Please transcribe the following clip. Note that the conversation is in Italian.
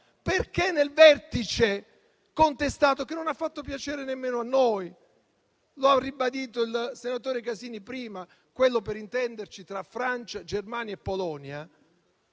perché nel vertice contestato, che non ha fatto piacere nemmeno a noi, lo ha ribadito il senatore Casini prima, quello, per intenderci, tra Francia, Germania e Polonia,